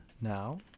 now